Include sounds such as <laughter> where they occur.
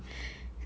<laughs>